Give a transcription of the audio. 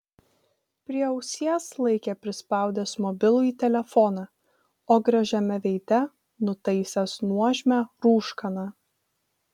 prie ausies laikė prispaudęs mobilųjį telefoną o gražiame veide nutaisęs nuožmią rūškaną